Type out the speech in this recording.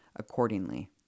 Accordingly